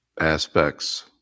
aspects